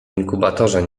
inkubatorze